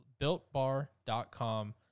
builtbar.com